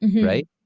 right